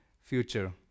future